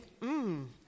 Mmm